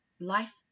life